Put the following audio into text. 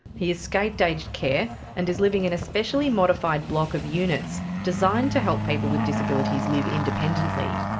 he escaped aged care and is living in a specially modified block of units designed to help people with disabilities live independently.